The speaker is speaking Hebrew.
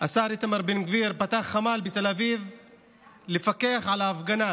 השר איתמר בן גביר פתח חמ"ל בתל אביב לפקח על ההפגנה